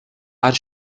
are